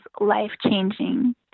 life-changing